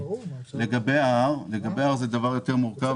לגבי ההר זה מורכב יותר.